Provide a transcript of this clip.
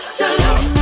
salute